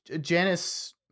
Janice